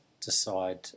decide